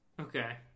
Okay